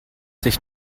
sich